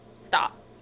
Stop